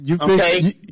okay